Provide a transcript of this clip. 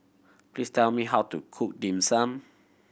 please tell me how to cook Dim Sum